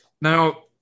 now